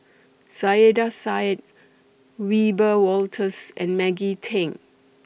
Saiedah Said Wiebe Wolters and Maggie Teng